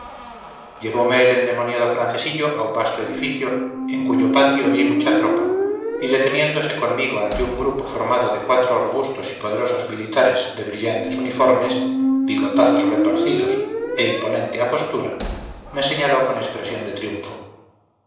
llevome el endemoniado francesillo a un vasto edificio en cuyo patio vi mucha tropa y deteniéndose conmigo ante un grupo formado de cuatro robustos y poderosos militares de brillantes uniformes bigotazos retorcidos e imponente apostura me señaló con expresión de triunfo